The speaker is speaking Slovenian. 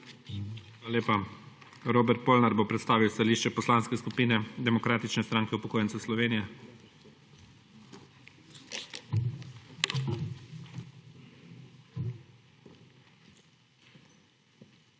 Hvala lepa. Robert Polnar bo predstavil stališče Poslanske skupine Demokratične stranke upokojencev Slovenije. ROBERT